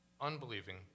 unbelieving